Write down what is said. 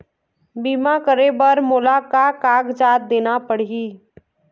बीमा करे बर मोला का कागजात देना पड़ही?